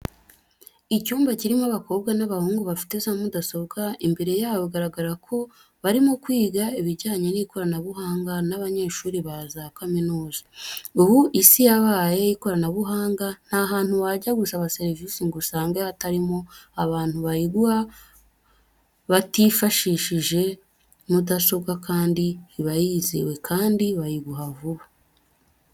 Icyumba kirimo abakobwa n'abahungu bafite za mudasobwa imbere yabo, bigaragara ko barimo kwiga ibijyanye n'ikoranabuhanga n'abanyeshuri ba za kaminuza. Ubu Isi yabaye iy'ikoranabuhanga nta hantu wajya gusaba serivisi ngo usange hatarimo abantu bayiguha batifashishije mudasobwa kandi iba yizewe kandi bayiguha vuba.